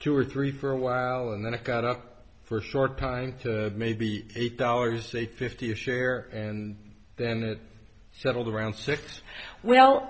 two or three for a while and then it got up for a short time maybe eight dollars say fifty a share and then it settled around